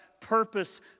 purpose